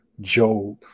Job